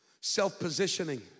self-positioning